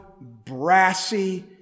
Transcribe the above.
brassy